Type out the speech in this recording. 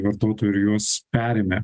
vartotojų ir juos perėmę